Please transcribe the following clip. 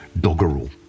doggerel